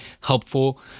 helpful